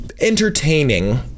entertaining